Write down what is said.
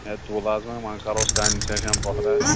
ہے تُل حظ وۄنۍ ؤنۍ کَرُس کَنسیشَن پۄہرہ